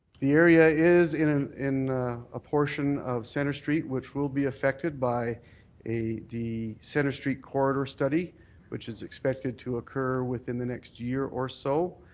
the area is in ah in a portion of centre street which will be affected by a the centre street corridor study which is expected to occur within the next year or so.